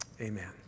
amen